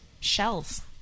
Shells